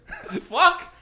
Fuck